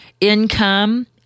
income